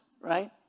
right